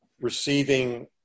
receiving